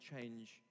change